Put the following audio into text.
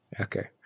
Okay